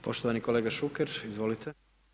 Poštovani kolega Šuker, izvolite.